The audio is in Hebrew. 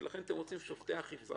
ולכן אתם רוצים "שופטי אכיפה".